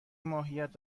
ماهیت